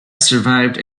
survived